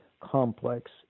complex